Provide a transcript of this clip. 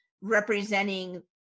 representing